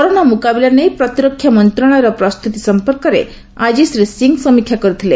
corona ମୁକାବିଲା ନେଇ ପ୍ରତିରକ୍ଷା ମନ୍ତ୍ରଶାଳୟର ପ୍ରସ୍ତୁତି ସମ୍ପର୍କରେ ଆଜି ଶ୍ରୀ ସିଂହ ସମୀକ୍ଷା କରିଥିଲେ